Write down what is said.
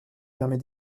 permet